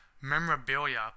memorabilia